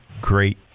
great